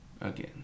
again